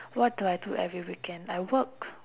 what do I do every weekend I work